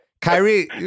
Kyrie